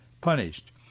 punished